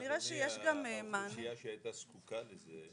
אדוני, האוכלוסייה שהייתה זקוקה לזה,